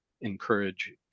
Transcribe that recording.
encourage